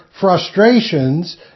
frustrations